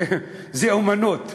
זה אמנות,